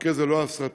במקרה זה לא האסטרטגי,